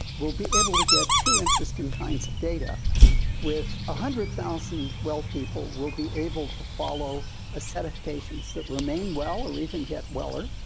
we'll be able to get two interesting kinds of data with one ah hundred thousand well people we'll be able to follow a set of patients that remain well or even get weller,